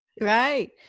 Right